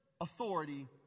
authority